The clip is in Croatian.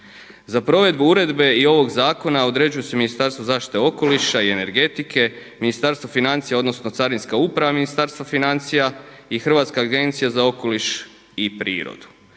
Za provedbu uredbe i ovog zakona određuje se Ministarstvo zaštite okoliša i energetike, Ministarstvo financija odnosno Carinska uprava Ministarstva financija i Hrvatska agencija za okoliš i prirodu.